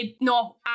no